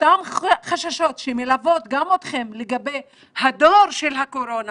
אותם חששות שמלווים גם אתכם לגבי הדור של הקורונה